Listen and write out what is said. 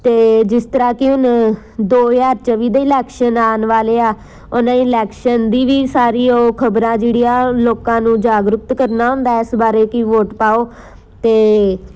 ਅਤੇ ਜਿਸ ਤਰ੍ਹਾਂ ਕਿ ਹੁਣ ਦੋ ਹਜ਼ਾਰ ਚੌਵੀ ਦੇ ਇਲੈਕਸ਼ਨ ਆਉਣ ਵਾਲੇ ਆ ਉਹਨਾਂ ਦੀ ਇਲੈਕਸ਼ਨ ਦੀ ਵੀ ਸਾਰੀ ਉਹ ਖਬਰਾਂ ਜਿਹੜੀਆਂ ਲੋਕਾਂ ਨੂੰ ਜਾਗਰੂਕ ਕਰਨਾ ਹੁੰਦਾ ਇਸ ਬਾਰੇ ਕਿ ਵੋਟ ਪਾਉ ਅਤੇ